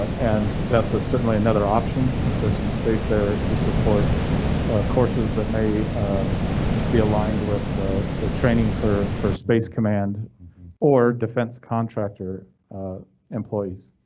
and that's ah certainly another option, since there's some space there to support courses that may be aligned with the training for for space command or defense contractor employees.